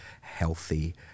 healthy